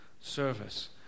service